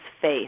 faith